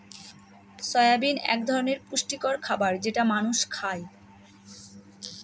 soybean এক ধরনের পুষ্টিকর খাবার যেটা মানুষ খায়